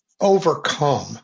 overcome